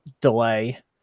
delay